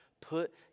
put